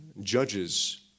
judges